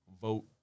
vote